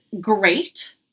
great